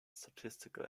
statistical